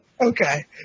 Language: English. okay